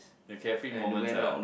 the carefree moments ah